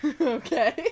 Okay